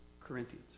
Corinthians